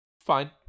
fine